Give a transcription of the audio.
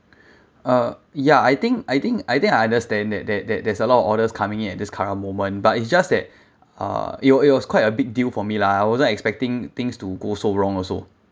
uh ya I think I think I think I understand that that that there's a lot of orders coming in at this current moment but it's just that uh it was it was quite a big deal for me lah I wasn't expecting things to go so wrong also